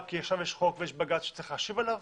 כי עכשיו יש חוק ויש בג"ץ שצריך להשיב עליו,